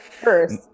first